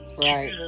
Right